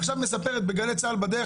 עכשיו מספרת "בגלי צה"ל" בדרך,